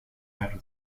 varient